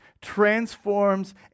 transforms